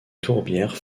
tourbière